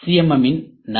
M இன் நன்மைகள்